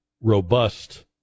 robust